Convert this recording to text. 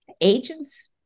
agents